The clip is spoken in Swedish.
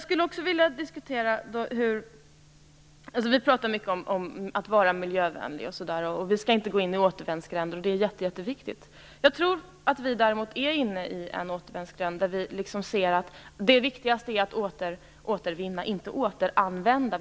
Vi talar mycket om att man skall vara miljövänlig och att man inte skall gå in i återvändsgränder. Det är jätteviktigt. Men jag tror att vi är inne i en återvändsgränd där vi ser som det viktigaste att man återvinner, inte att man återanvänder.